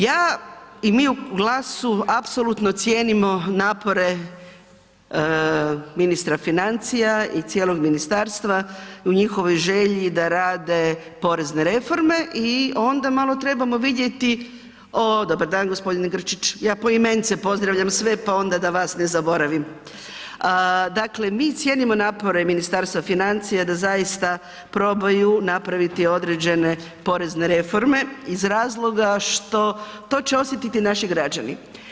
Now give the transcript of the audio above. Ja i mi u GLASU-u apsolutno cijenimo napore ministra financija i cijelog ministarstva u njihovoj želji da rade porezne reforme i onda malo trebamo vidjeti, o dobar dan g. Grčić, ja poimenice pozdravljam sve pa onda da vas ne zaboravim, dakle mi cijenimo napore Ministarstva financija da zaista probaju napraviti određene porezne reforme iz razloga što to će osjetiti naši građani.